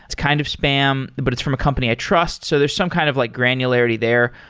it's kind of spam, but it's from a company i trust. so there's some kind of like granularity there.